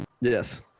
Yes